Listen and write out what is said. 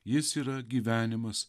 jis yra gyvenimas